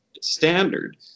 standard